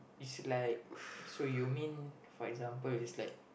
it's like so you mean for example it's like